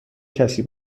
کسی